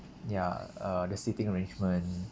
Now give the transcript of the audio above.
ya uh the seating arrangement